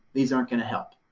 these aren't going to help.